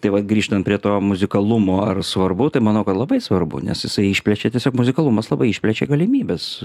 tai va grįžtant prie to muzikalumo ar svarbu tai manau kad labai svarbu nes jisai išplečia tiesiog muzikalumas labai išplečia galimybes